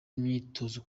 imyitozo